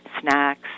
snacks